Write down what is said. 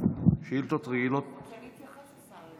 השר רוצה להתייחס לזה.